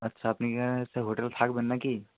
আচ্ছা আপনি কি এখানে এসে হোটেলে থাকবেন না কি